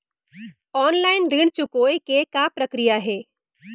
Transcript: Online ऋण चुकोय के का प्रक्रिया हे?